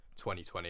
2020